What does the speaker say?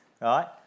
right